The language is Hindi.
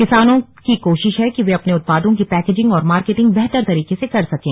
किसानों की कोशिश है कि वे अपने उत्पादों की पैकेजिंग और मार्केटिंग बेहतर तरीके से कर सकें